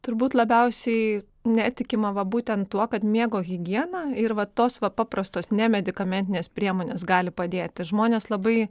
turbūt labiausiai netikima va būtent tuo kad miego higiena ir va tos paprastos nemedikamentinės priemonės gali padėti žmonės labai